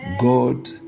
god